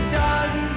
done